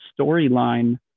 storyline